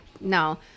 no